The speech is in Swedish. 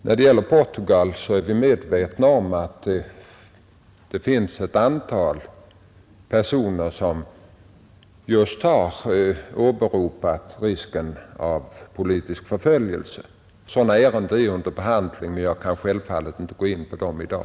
När det gäller Portugal är vi medvetna om att ett antal personer just har åberopat risken av politisk förföljelse. Sådana ärenden är under behandling, men jag kan självfallet inte gå in på dem i dag.